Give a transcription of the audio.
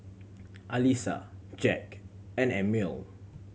Alissa Jack and Emil